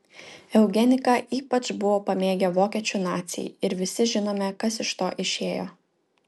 eugeniką ypač buvo pamėgę vokiečių naciai ir visi žinome kas iš to išėjo